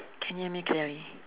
can hear me clearly